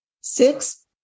Six